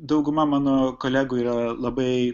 dauguma mano kolegų yra labai